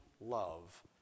love